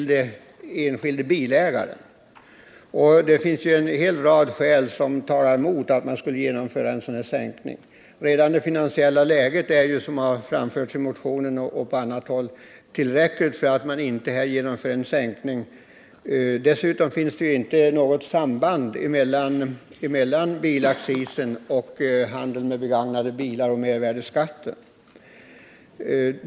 Det finns en hel rad skäl som talar mot en sådan sänkning. Redan det finansiella läget är ju, som har anförts i motionen och på annat håll, ett tillräckligt skäl för att man inte skall genomföra en sänkning. Dessutom finns det numera inte något samband mellan bilaccisen och handeln med begagnade bilar och mervärdeskatten.